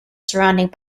surrounded